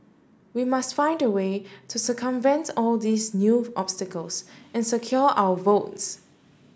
we must find a way to circumvent all these new obstacles and secure our votes